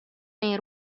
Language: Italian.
nei